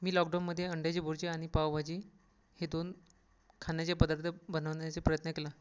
मी लॉकडाऊनमध्ये अंड्याची बुर्जी आणि पावभाजी हे दोन खाण्याचे पदार्थ बनवण्याचे प्रयत्न केला